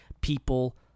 People